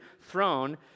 throne